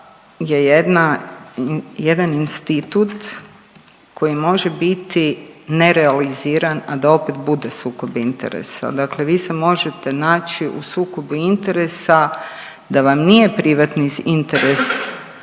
jedan institut koji može biti nerealiziran, a da opet bude sukob interesa. Dakle, vi se možete naći u sukobu interesa da vam nije privatni interes